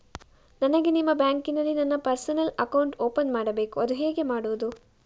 ನನಗೆ ನಿಮ್ಮ ಬ್ಯಾಂಕಿನಲ್ಲಿ ನನ್ನ ಪರ್ಸನಲ್ ಅಕೌಂಟ್ ಓಪನ್ ಮಾಡಬೇಕು ಅದು ಹೇಗೆ ಮಾಡುವುದು?